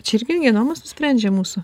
čia irgi genomas nusprendžia mūsų